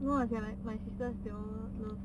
no lah 讲 my sister they all love